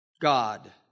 God